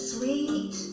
Sweet